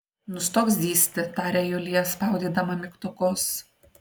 nustok zyzti tarė julija spaudydama mygtukus